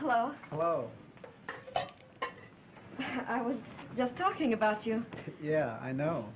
hello well i was just talking about you yeah i know